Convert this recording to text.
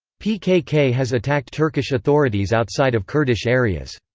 pkk has attacked turkish authorities outside of kurdish areas.